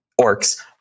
orcs